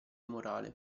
morale